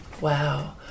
Wow